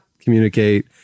communicate